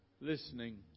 listening